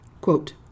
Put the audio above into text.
Quote